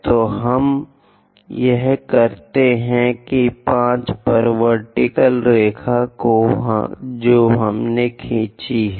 तो हम यह करते हैं कि 5 पर वर्टिकल रेखाएं जो हमने खींची हैं